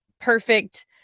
perfect